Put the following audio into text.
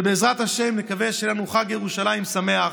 ובעזרת השם נקווה שיהיה לנו חג ירושלים שמח,